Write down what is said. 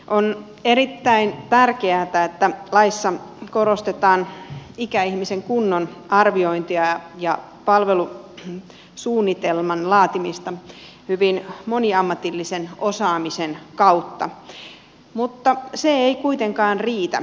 on erittäin tärkeätä että laissa korostetaan ikäihmisen kunnon arviointia ja palvelusuunnitelman laatimista hyvin moniammatillisen osaamisen kautta mutta se ei kuitenkaan riitä